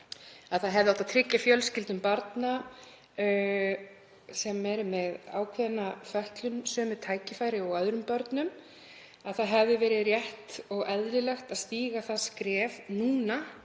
það hefði átt að tryggja fjölskyldum barna sem eru með ákveðna fötlun sömu tækifæri og öðrum börnum. Það hefði verið rétt og eðlilegt að stíga það skref núna,